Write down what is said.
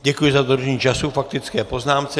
Děkuji za dodržení času k faktické poznámce.